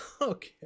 Okay